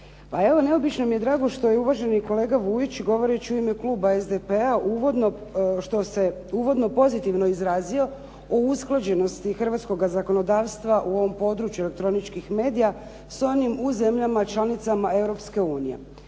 neobično mi je drago što uvaženi kolega Vujić govoreći u ime kluba SDP-a uvodno što se uvodno pozitivno izrazio o usklađenosti hrvatskoga zakonodavstva u ovom području elektroničkih medija s onim u zemljama članicama